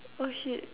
oh shit